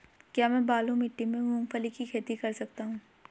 क्या मैं बालू मिट्टी में मूंगफली की खेती कर सकता हूँ?